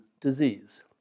disease